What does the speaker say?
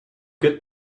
get